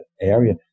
area